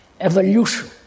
evolution